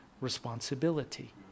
responsibility